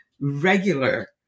regular